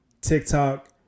TikTok